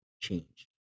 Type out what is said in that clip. change